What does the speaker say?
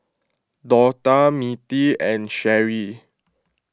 Dortha Mirtie and Sherrie